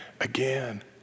again